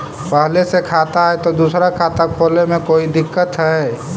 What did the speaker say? पहले से खाता है तो दूसरा खाता खोले में कोई दिक्कत है?